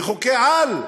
בחוקי-על,